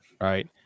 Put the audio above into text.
Right